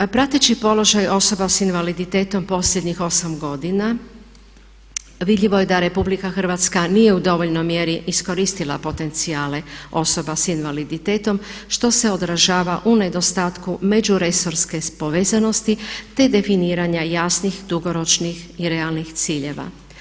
Prateći položaj osoba s invaliditetom posljednjih 8 godina vidljivo je da Republika Hrvatska nije u dovoljnoj mjeri iskoristila potencijale osoba s invaliditetom što se odražava u nedostatku međuresorne povezanosti te definiranja jasnih dugoročnih i realnih ciljeva.